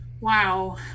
wow